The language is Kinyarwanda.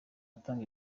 atanga